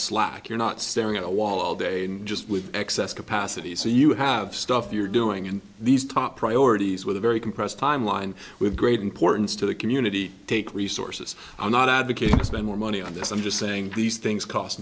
slack you're not staring at a wall all day just with excess capacity so you have stuff you're doing in these top priorities with a very compressed timeline with great importance to the community take resources i'm not advocating spend more money on this i'm just saying these things cost